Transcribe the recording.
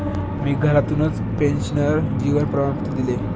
मी घरातूनच पेन्शनर जीवन प्रमाणपत्र दिले